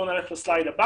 פה